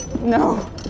No